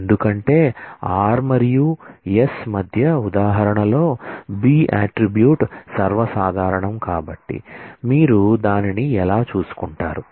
ఎందుకంటే r మరియు s మధ్య ఉదాహరణ లో b అట్ట్రిబ్యూట్ సర్వసాధారణం కాబట్టి మీరు దానిని ఎలా చూసుకుంటారు